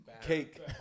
cake